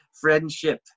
friendship